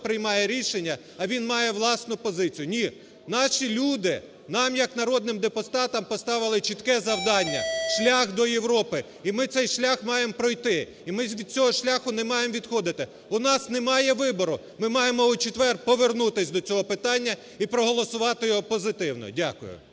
приймає рішення, а він має власну позицію. Ні, наші люди нам як народним депутатам поставили чітке завдання – шлях до Європи, і ми цей шлях маємо пройти, і ми від цього шляху не маємо відходити. У нас немає вибору, ми маємо у четвер повернутися до цього питання і проголосувати його позитивно. Дякую.